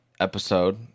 episode